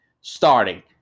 starting